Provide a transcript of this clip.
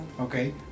Okay